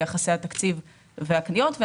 ביחסי התקציב --- אגב,